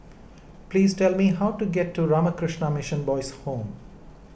please tell me how to get to Ramakrishna Mission Boys' Home